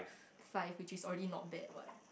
five which is already not bad what